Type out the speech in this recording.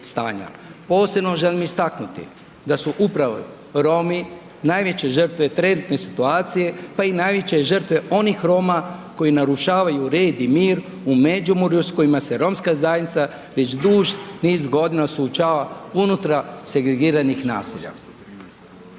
Posebno želim istaknuti da su upravo Romi najveće žrtve trenutne situacije, pa i najveće žrtve onih Roma koji narušavaju red i mir u Međimurju sa kojima se romska zajednica već duži niz godina suočava unutar segregiranih naselja.